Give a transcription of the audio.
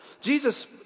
Jesus